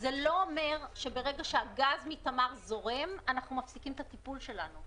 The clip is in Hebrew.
זה לא אומר שברגע שהגז מתמר זורם אנחנו מפסיקים את הטיפול שלנו,